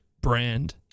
brand